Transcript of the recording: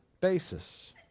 basis